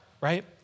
right